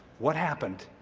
what happened?